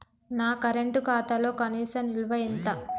నా కరెంట్ ఖాతాలో కనీస నిల్వ ఎంత?